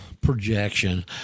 projection